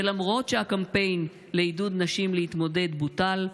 ולמרות שהקמפיין לעידוד נשים להתמודד בוטל,